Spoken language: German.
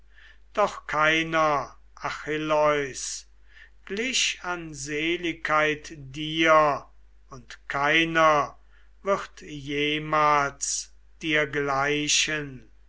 doch keiner achilleus glich an seligkeit dir und keiner wird jemals dir gleichen